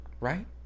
right